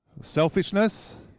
selfishness